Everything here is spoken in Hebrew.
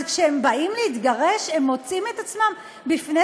אז כשהם באים להתגרש הם מוצאים את עצמם בפני